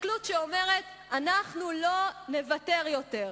הסתכלות שאומרת: אנחנו לא נוותר יותר,